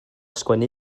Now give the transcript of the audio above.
sgwennu